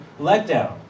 letdown